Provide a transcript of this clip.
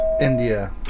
India